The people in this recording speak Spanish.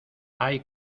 hay